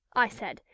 i said,